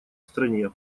стране